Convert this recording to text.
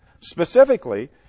Specifically